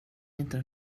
inte